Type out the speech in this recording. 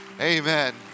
Amen